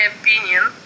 opinion